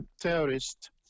terrorist